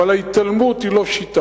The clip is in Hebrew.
אבל ההתעלמות היא לא שיטה,